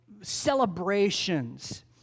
celebrations